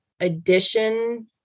addition